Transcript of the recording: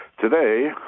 Today